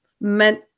meant